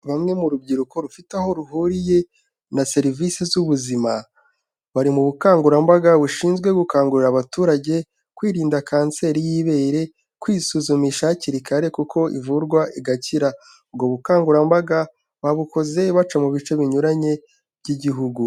Bamwe mu rubyiruko rufite aho ruhuriye na serivisi z'ubuzima bari mu bukangurambaga bushinzwe gukangurira abaturage kwirinda kanseri y'ibere, kwisuzumisha hakiri kare kuko ivurwa igakira, ubwo bukangurambaga babukoze baca mu bice binyuranye by'igihugu.